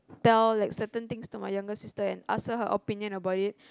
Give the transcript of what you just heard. tell like certain things to my younger sister and ask her her opinion about it